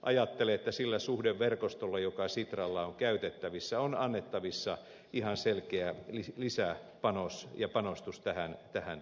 ajattelen että sillä suhdeverkostolla joka sitralla on käytettävissä on annettavissa ihan selkeä lisäpanos ja panostus tähän toimintaan